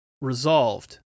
resolved